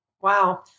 Wow